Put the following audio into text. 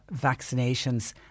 vaccinations